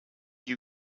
you